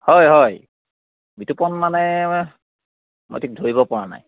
হয় হয় বিতোপন মানে মই মই ঠিক ধৰিব পৰা নাই